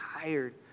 tired